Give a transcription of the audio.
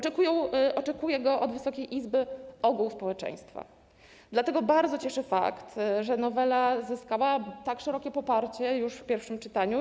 Tego rozwiązania oczekuje od Wysokiej Izby ogół społeczeństwa, dlatego bardzo cieszy fakt, że nowela zyskała tak szerokie poparcie już w pierwszym czytaniu.